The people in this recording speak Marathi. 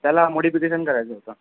त्याला मोडिफिकेशन करायचं होतं